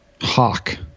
hawk